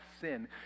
sin